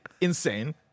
insane